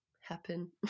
happen